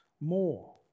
more